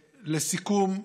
לסיכום,